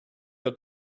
your